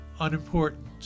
unimportant